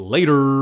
Later